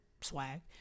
swag